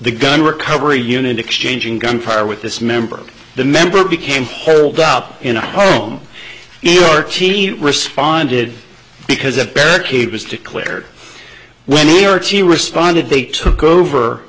the gun recovery unit exchanging gunfire with this member of the member became holed up in a home your cheezy responded because a barricade was declared when he or she responded they took over